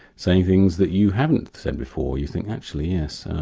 saying things that you haven't said before, you think actually yes,